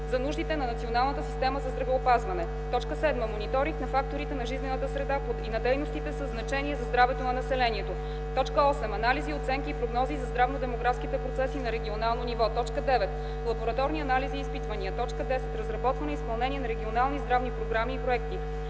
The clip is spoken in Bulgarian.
за нуждите на националната система за здравеопазване; 7. мониторинг на факторите на жизнената среда и на дейностите със значение за здравето на населението; 8. анализи, оценки и прогнози за здравно-демографските процеси на регионално ниво; 9. лабораторни анализи и изпитвания; 10. разработване и изпълнение на регионални здравни програми и проекти;